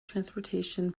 transportation